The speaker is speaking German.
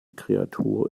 kreatur